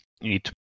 eat